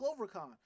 CloverCon